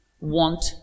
want